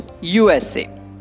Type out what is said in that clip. USA